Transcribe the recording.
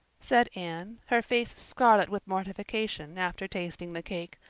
said anne, her face scarlet with mortification after tasting the cake.